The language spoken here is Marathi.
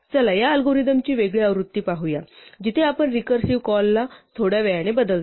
चला या अल्गोरिदमची वेगळी आवृत्ती पाहू जिथे आपण रिकर्सिव्ह कॉल ला थोड्या वेळाने बदलतो